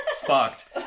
fucked